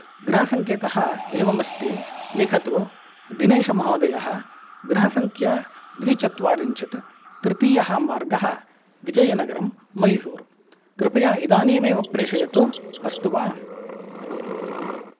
गृहसंकेतः एवम् अस्ति लिखतु दिनेशमहोदयः गृहसंख्या द्विचत्वारिंशत् तृतीयः मार्गः विजयनगरम् मैसूरू कृपया इदानीमेव प्रेषयतु अस्तु वा धन्यवादः